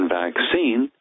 vaccine